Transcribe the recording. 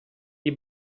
gli